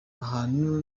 abantu